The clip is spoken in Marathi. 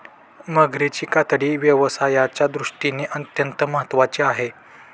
मगरीची कातडी व्यवसायाच्या दृष्टीने अत्यंत महत्त्वाची आहे